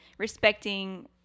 respecting